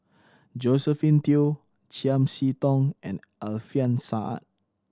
Josephine Teo Chiam See Tong and Alfian Sa'at